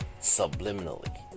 subliminally